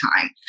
time